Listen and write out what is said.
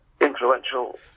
influential